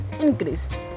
increased